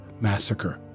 massacre